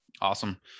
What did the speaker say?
Awesome